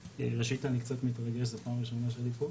שבע, ראשית אני קצת מתרגש, זה פעם ראשונה שלי פה.